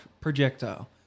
projectile